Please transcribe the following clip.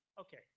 Okay